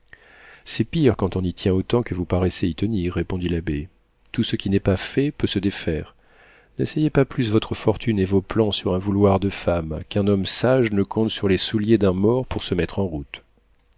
c'est pire quand on y tient autant que vous paraissez y tenir répondit l'abbé tout ce qui n'est pas fait peut se défaire n'asseyez pas plus votre fortune et vos plans sur un vouloir de femme qu'un homme sage ne compte sur les souliers d'un mort pour se mettre en route